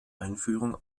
einführung